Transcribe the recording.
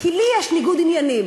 כי לי יש ניגוד עניינים.